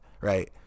right